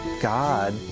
God